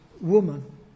woman